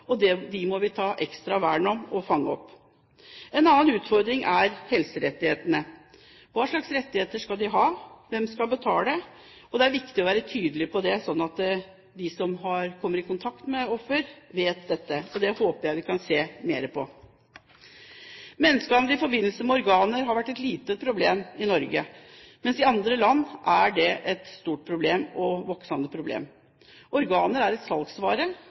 må vi ha et ekstra vern om og fange opp. En annen utfordring er helserettighetene. Hva slags rettigheter skal de ha? Hvem skal betale? Det er viktig å være tydelig på det, slik at de som kommer i kontakt med et offer, vet dette. Det håper jeg vi kan se mer på. Menneskehandel i forbindelse med organer har vært et lite problem i Norge, mens det i andre land er et stort og voksende problem. Organer er en salgsvare